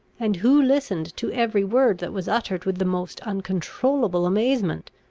and who listened to every word that was uttered with the most uncontrollable amazement.